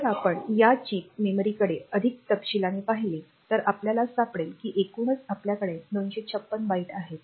जर आपण या चिप मेमरीकडे अधिक तपशीलांने पाहिले तर आपल्याला सापडेल की एकूणच आपल्याकडे 256 बाइट आहेत